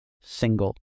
single